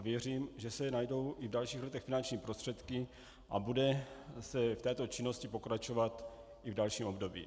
Věřím, že se najdou i v dalších letech finanční prostředky a bude se v této činnosti pokračovat i v dalším období.